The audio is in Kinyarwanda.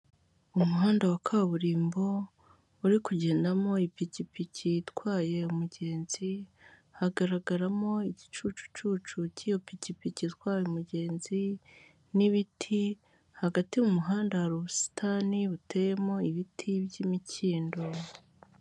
Mu muhanda wa kaburimbo uri kugendamo ipikipiki itwaye umugenzi hagaragaramo igicucucucu k'iyo pikipiki itwaye umugenzi n'ibiti, hagati mu muhanda hari ubusitani buteyemo ibiti by'imikindo.